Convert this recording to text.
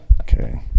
Okay